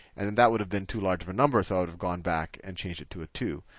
and then that would have been too large of a number, so i would have gone back and changed it to a two.